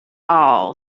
all